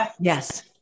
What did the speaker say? Yes